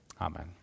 Amen